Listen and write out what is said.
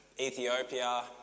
Ethiopia